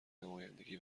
نمایندگی